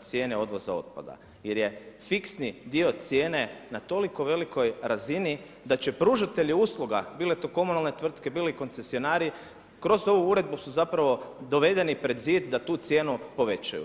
cijene odvoza otpada jer je fiksni dio cijene na toliko velikoj razini da će pružatelji usluga, bile to komunalne tvrtke, bili koncesionari, kroz ovu uredbu su zapravo dovedeni pred zid da tu cijenu povećaju.